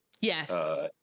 Yes